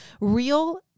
real